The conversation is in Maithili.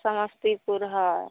समस्तीपुर हइ